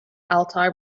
altai